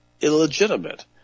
illegitimate